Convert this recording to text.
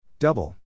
Double